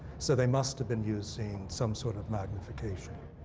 so they must have been using some sort of magnification.